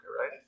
right